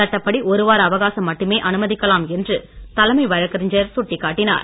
சட்டப்படி ஒரு வார அவகாசம் மட்டுமே அனுமதிக்கலாம் என்று தலைமை வழக்கறிஞர் சுட்டிக்காட்டினார்